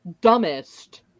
dumbest